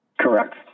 Correct